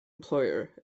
employer